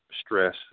stress